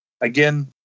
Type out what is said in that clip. Again